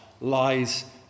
lies